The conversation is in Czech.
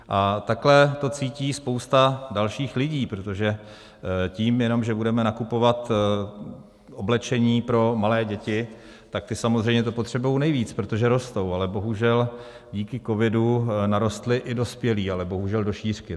A takhle to cítí spousta dalších lidí, protože tím jenom, že budeme nakupovat oblečení pro malé děti, tak ty samozřejmě to potřebují nejvíc, protože rostou, ale bohužel díky covidu narostli i dospělí, ale bohužel do šířky.